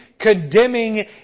condemning